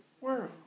world